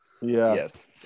Yes